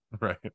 Right